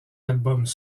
albums